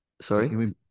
sorry